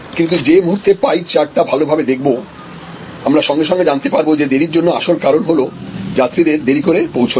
কিন্তু যেই মুহূর্তে পাই চার্ট টা Refer Time 1401 ভালোভাবে দেখব আমরা সঙ্গে সঙ্গে জানতে পারব যে দেরির জন্য আসল কারণ হলো যাত্রীদের দেরি করে পৌঁছানো